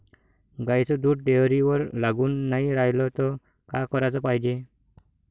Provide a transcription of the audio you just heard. गाईचं दूध डेअरीवर लागून नाई रायलं त का कराच पायजे?